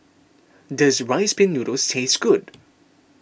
does Rice Pin Noodles taste good